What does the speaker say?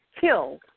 killed